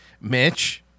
Mitch